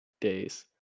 days